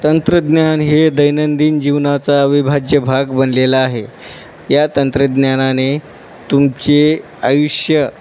तंत्रज्ञान हे दैनंदिन जीवनाचा अविभाज्य भाग बनलेला आहे या तंत्रज्ञानाने तुमचे आयुष्य